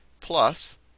plus